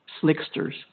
slicksters